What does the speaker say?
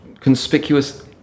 conspicuous